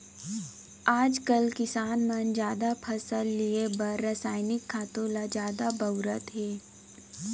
आजकाल किसान मन जादा फसल लिये बर रसायनिक खातू ल जादा बउरत हें